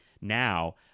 now